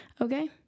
Okay